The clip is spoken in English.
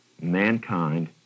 mankind